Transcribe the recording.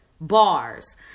bars